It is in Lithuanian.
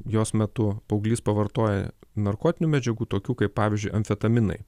jos metu paauglys pavartoja narkotinių medžiagų tokių kaip pavyzdžiui amfetaminai